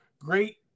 great